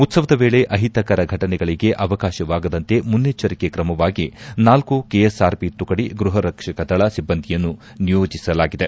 ಉತ್ತವದ ವೇಳೆ ಅಹಿತಕರ ಘಟನೆಗಳಿಗೆ ಅವಕಾಶವಾಗದಂತೆ ಮುನ್ನೆಚ್ಚರಿಕೆ ತ್ರಮವಾಗಿ ನಾಲ್ಕು ಕೆಎಸ್ಆರ್ ಪಿ ತುಕಡಿ ಗೃಹರಕ್ಷಕ ದಳ ಸಿಬ್ಬಂದಿಯನ್ನು ನಿಯೋಜಿಸಲಾಗಿದೆ